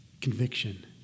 conviction